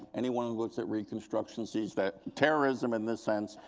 anyone who looks at reconstruction sees that terrorism, in this sense,